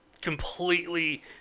completely